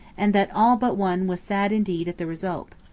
and that all but one was sad indeed at the result.